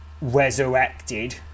resurrected